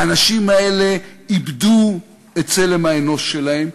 האנשים האלה איבדו את צלם האנוש שלהם.